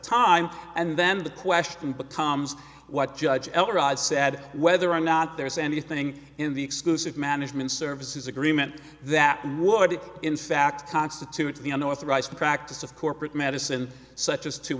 time and then the question becomes what judge said whether or not there's anything in the exclusive management services agreement that would in fact constitute the north rice practice of corporate medicine such as to